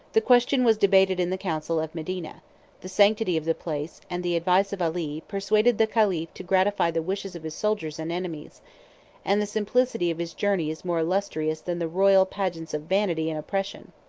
the question was debated in the council of medina the sanctity of the place, and the advice of ali, persuaded the caliph to gratify the wishes of his soldiers and enemies and the simplicity of his journey is more illustrious than the royal pageants of vanity and oppression.